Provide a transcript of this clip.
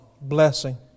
blessing